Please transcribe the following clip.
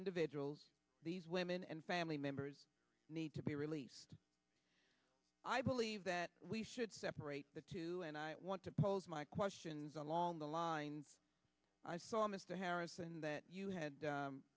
individuals these women and family members need to be released i believe that we should separate the two and i want to pose my questions along the line i saw mr harrison that you had